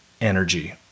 energy